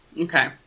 Okay